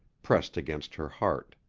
pressed against her heart.